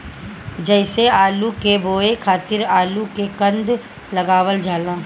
जइसे आलू के बोए खातिर आलू के कंद लगावल जाला